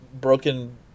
broken